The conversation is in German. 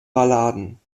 balladen